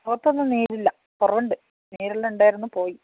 പുറത്തൊന്നും നീരില്ല കുറവുണ്ട് നീരെല്ലാം ഉണ്ടായിരുന്നു പോയി